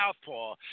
southpaw